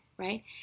Right